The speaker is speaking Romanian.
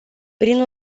prin